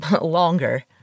longer